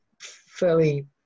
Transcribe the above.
fairly